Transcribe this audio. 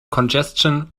congestion